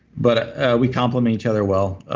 but we complement each other well.